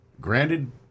Granted